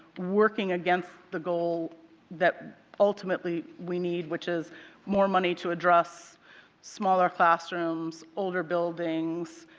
working against the goal that ultimately we need which is more money to address smaller classrooms, older buildings,